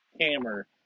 hammer